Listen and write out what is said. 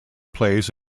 plays